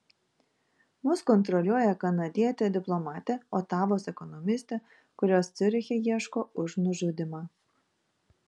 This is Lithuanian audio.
mus kontroliuoja kanadietė diplomatė otavos ekonomistė kurios ciuriche ieško už nužudymą